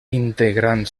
integrant